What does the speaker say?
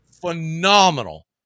Phenomenal